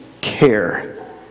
care